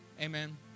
Amen